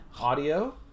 audio